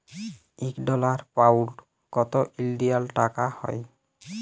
ইক dollar, pound কত ইলডিয়াল টাকা হ্যয়